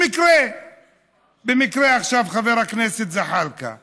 במקרה עכשיו חבר הכנסת זחאלקה ניגש.